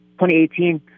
2018